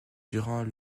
durant